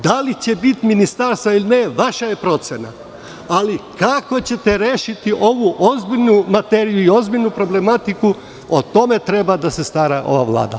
Da li će biti ministarstva ili ne, to je vaša procena, ali kako ćete rešiti ovu ozbiljnu materiju, ozbiljnu problematiku, o tome treba da se stara ova Vlada.